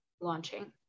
launching